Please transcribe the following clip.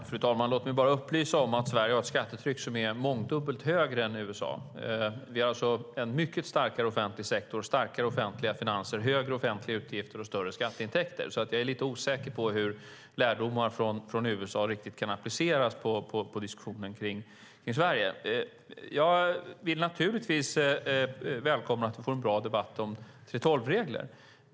Fru talman! Låt mig bara upplysa om att Sverige har ett skattetryck som är mångdubbelt högre än man har i USA. Vi har en mycket starkare offentlig sektor och starkare offentliga finanser. Vi har högre offentliga utgifter och större skattintäkter. Jag är inte säker på att lärdomar från USA riktigt kan appliceras på Sverige. Jag vill naturligtvis välkomna en bra debatt om 3:12-reglerna.